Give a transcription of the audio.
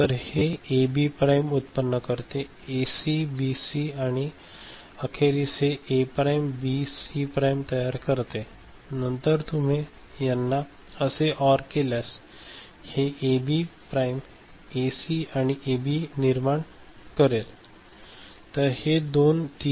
तर हे A B prime उत्पन्न करते एसी बीसी आणि अखेरीस हे A prime B C prime तयार करते आणि नंतर तुम्ही यांना असे ऑर केल्यास हे ए बी प्राइम एसी आणि एबी निर्माण करेल तर हे दोन तीन